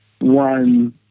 one